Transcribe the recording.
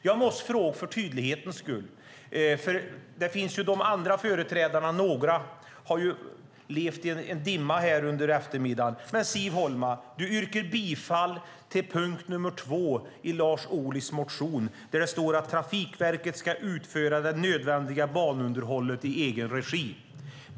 Jag måste ställa en fråga för tydlighets skull; några av de andra företrädarna har levt i en dimma under eftermiddagen. Siv Holma yrkar bifall till punkt 2 i Lars Ohlys motion där det står att Trafikverket ska utföra det nödvändiga banunderhållet i egen regi.